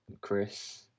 Chris